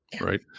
right